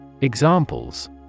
Examples